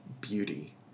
beauty